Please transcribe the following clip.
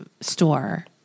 store